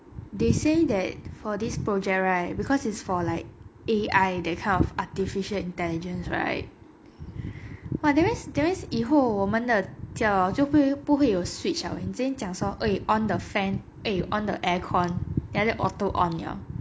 they say that like for this project right because it's for like A_I that kind of artificial intelligence right !wah! that means that means 以后我们叫的就会不会有 switch liao eh 你直接讲说 !oi! you on the fan eh you on the aircon then auto on liao